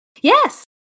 Yes